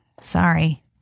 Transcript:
Sorry